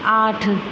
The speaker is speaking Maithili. आठ